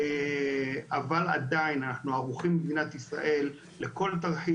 אבל עדיין אנחנו ערוכים לכל תרחיש.